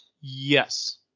Yes